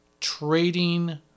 trading